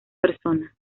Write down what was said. persona